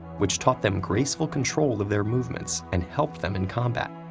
which taught them graceful control of their movements and helped them in combat.